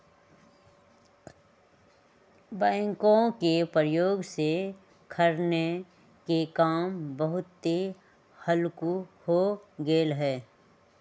backhoe के प्रयोग से खन्ने के काम बहुते हल्लुक हो गेलइ ह